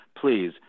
please